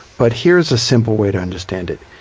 but here's a simple way to understand it.